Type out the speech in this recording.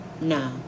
No